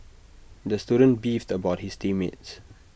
the student beefed about his team mates